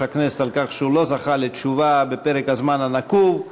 הכנסת על כך שהוא לא זכה לתשובה בפרק הזמן הנקוב.